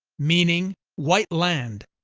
meaning white land,